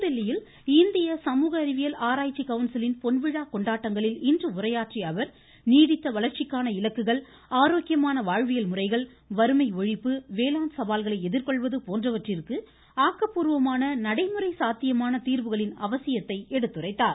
புதுதில்லியில் இந்திய சமூக அறிவியல் ஆராய்ச்சி கவன்சிலின் பொன்விழா கொண்டாட்டங்களில் இன்று உரையாற்றிய அவர் நீடித்த வளர்ச்சிக்கான இலக்குகள் ஆரோக்கியமான வாழ்வியல் முறைகள் வறுமை ஒழிப்பு வேளாண் சவால்களை எதிர்கொள்வது போன்றவற்றிற்கு ஆக்கப்பூர்வமான நடைமுறை சாத்தியமான தீர்வுகளின் அவசியத்தை எடுத்துரைத்தார்